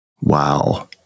Wow